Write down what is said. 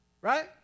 right